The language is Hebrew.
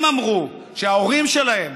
הם אמרו שההורים שלהם